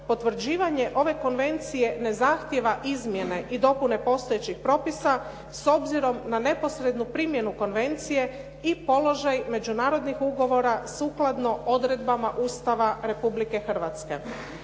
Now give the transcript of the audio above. potvrđivanje ove konvencije ne zahtjeva izmjene i dopune postojećih propisa s obzirom na neposrednu primjenu konvencije i položaj međunarodnih ugovora sukladno odredbama Ustava Republike Hrvatske.